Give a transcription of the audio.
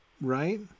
right